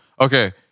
Okay